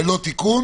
ללא תיקון: